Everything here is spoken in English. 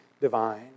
divine